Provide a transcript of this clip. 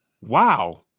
Wow